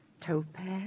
Topaz